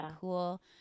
cool